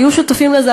היו שותפים לזה,